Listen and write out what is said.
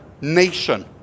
nation